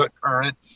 current